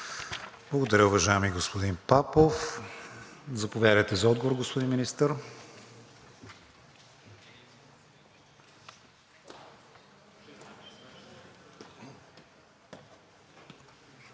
Благодаря, уважаеми господин Папов. Заповядайте за отговор, господин Министър.